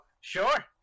Sure